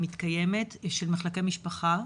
של מחלקי משפחה.